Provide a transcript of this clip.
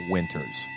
Winters